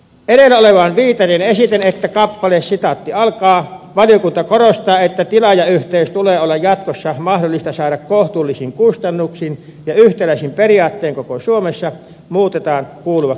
edellä olevaan viitaten esitän että kappale valiokunta korostaa että tilaajayhteys tulee olla jatkossa mahdollista saada kohtuullisin kustannuksin ja yhtäläisin periaattein koko suomessa muutetaan kuuluvaksi seuraavasti